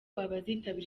abazitabira